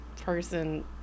person